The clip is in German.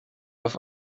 auf